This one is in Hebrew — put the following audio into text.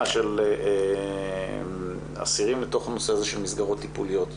של אסירים לתוך הנושא של מסגרות טיפוליות.